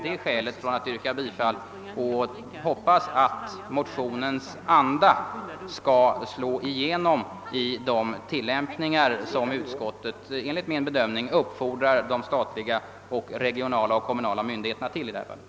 Jag hoppas naturligtvis att motionens anda skall slå igenom i de tillämpningar som utskottet enligt min bedömning uppfordrar de statliga, regionala och kommunala myndigheterna till i detta fall.